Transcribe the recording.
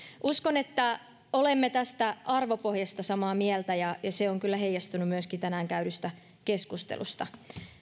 uskon että olemme tästä arvopohjasta samaa mieltä ja se on kyllä heijastunut myöskin tänään käydystä keskustelusta